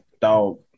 dog